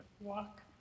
walk